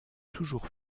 toujours